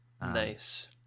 Nice